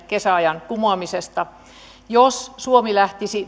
kesäajan kumoamisesta ehdotuksen parlamentille jos suomi lähtisi